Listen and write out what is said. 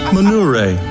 Manure